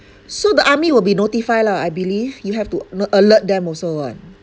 so the army will be notify lah I believe you have to no~ alert them also [one]